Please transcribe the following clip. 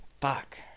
fuck